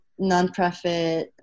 nonprofit